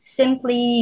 simply